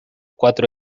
cuatro